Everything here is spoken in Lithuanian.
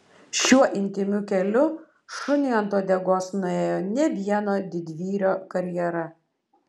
šiuo intymiu keliu šuniui ant uodegos nuėjo ne vieno didvyrio karjera